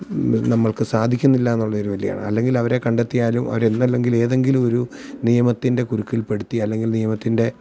നമ്മൾക്ക് സാധിക്കുന്നില്ല എന്നുള്ള ഒരു അല്ലെങ്കിൽ അവരെ കണ്ടെത്തിയാലും അവർ ഇന്നല്ലെങ്കിൽ ഏതെങ്കിലും ഒരു നിയമത്തിൻ്റെ കുരുക്കിൽപ്പെടുത്തി അല്ലെങ്കിൽ നിയമത്തിൻ്റെ